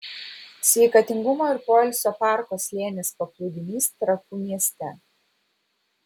sveikatingumo ir poilsio parko slėnis paplūdimys trakų mieste